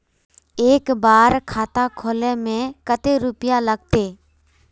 एक बार खाता खोले में कते रुपया लगते?